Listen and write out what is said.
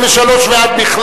ו-(4).